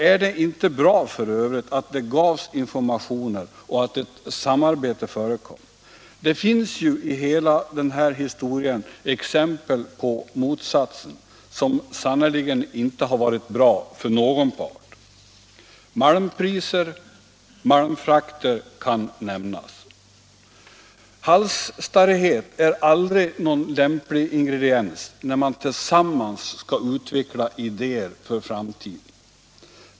Är det för övrigt inte bra att det gavs informationer och att ett samarbete förekom? Det finns i den här historien exempel på motsatsen, som sannerligen inte har varit bra för någon part. Malmpriser, malmfrakter kan nämnas. Halsstarrighet är aldrig någon lämplig ingrediens när man tillsammans skall utveckla idéer för framtiden.